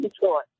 Detroit